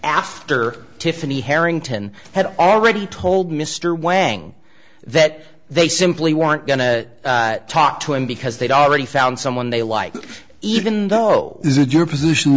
after tiffany harrington had already told mr wang that they simply weren't going to talk to him because they'd already found someone they like even though is it your position